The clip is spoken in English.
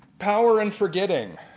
power and forgetting